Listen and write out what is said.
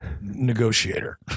negotiator